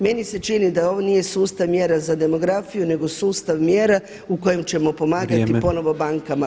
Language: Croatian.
Meni se čini da ovo nije sustav mjera za demografiju, nego sustav mjera u kojem ćemo pomagati ponovo bankama.